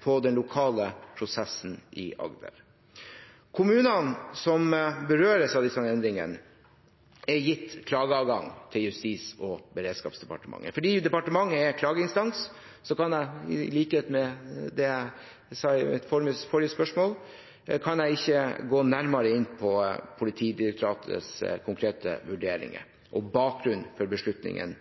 på den lokale prosessen i Agder. Kommunene som berøres av disse endringene, er gitt klageadgang til Justis- og beredskapsdepartementet. Fordi departementet er klageinstans, kan jeg – i likhet med det jeg sa under forrige spørsmål – ikke gå nærmere inn på Politidirektoratets konkrete vurderinger og bakgrunnen for beslutningen